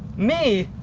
me?